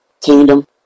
kingdom